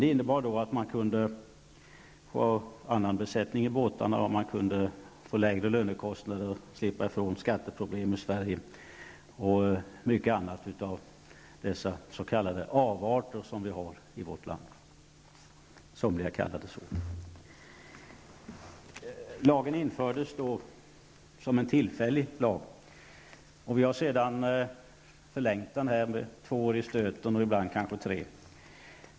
Det innebar att man kunde få annan besättning i båtarna, få lägre lönekostnader, slippa ifrån skatteproblem i Sverige och mycket annat av dessa s.k. avarter som vi har i vårt land -- somliga kallar det så. Lagen infördes som en tillfällig lag, och vi har sedan förlängt den två år i stöten, ibland kanske tre år.